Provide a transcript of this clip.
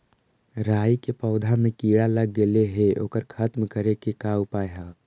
राई के पौधा में किड़ा लग गेले हे ओकर खत्म करे के का उपाय है?